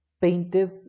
Painted